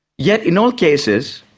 yet in all cases,